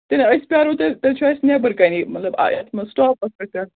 کِنہٕ أسۍ پرٛارو تیٚلہِ تیٚلہِ چھُ اَسہِ نٮ۪بٕر کَنی مطلب یَتھ منٛز سِٹاپَس پٮ۪ٹھ پرٛارُن